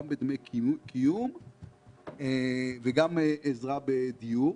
גם בדמי קיום וגם עזרה בדיור.